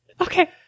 Okay